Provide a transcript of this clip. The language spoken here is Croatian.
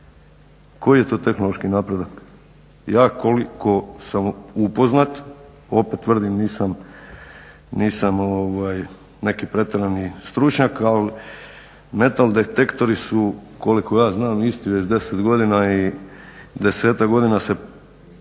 Koji je to tehnološki napredak? Ja koliko sam upoznat, opet tvrdim nisam neki pretjerani stručnjak, ali metaldetektori su koliko ja znam isti već 10 godina i 10-ak godina se isti